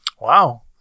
wow